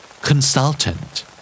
Consultant